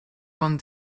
van